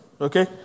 Okay